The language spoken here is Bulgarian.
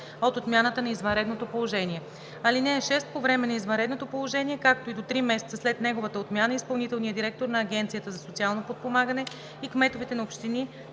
от отмяната на извънредното положение. (6) По време на извънредното положение, както и до три месеца след неговата отмяна, изпълнителният директор на Агенцията за социално подпомагане и кметовете на общини